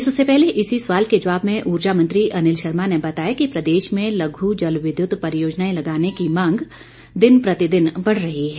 इससे पहले इसी सवाल के जवाब में ऊर्जा मंत्री अनिल शर्मा ने बताया कि प्रदेश में लघु जलविद्युत परियोजनाएं लगाने की मांग दिन प्रतिदिन बढ़ रही है